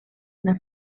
una